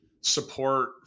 support